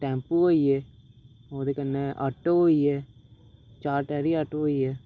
tempo होई गे ओह्दे कन्नै आटो होई गे चार टैरी आटो होई गे